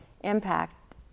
impact